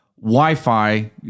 Wi-Fi